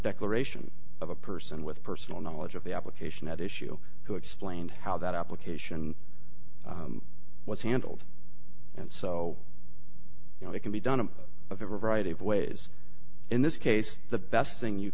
declaration of a person with personal knowledge of the application at issue who explained how that application was handled and so you know it can be done in a variety of ways in this case the best thing you